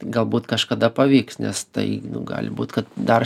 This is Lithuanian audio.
galbūt kažkada pavyks nes tai nu gali būt kad dar